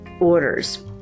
orders